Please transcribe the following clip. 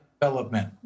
development